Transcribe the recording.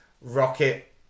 Rocket